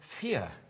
fear